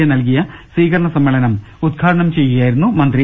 A നൽകിയ സ്വീകരണ സമ്മേളനം ഉദ്ഘാടനം ചെയ്യുകയായിരുന്നു മന്ത്രി